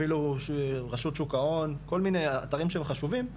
אפילו רשות שוק ההון, כל מיני אתרים שהם חשובים,